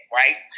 right